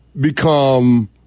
become